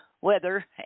weather